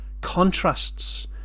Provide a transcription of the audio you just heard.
contrasts